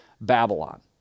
Babylon